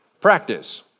Practice